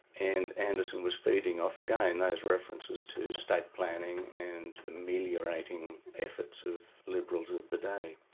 and anderson was feeding off again those references to state planning and ameliorating efforts of liberals of the day.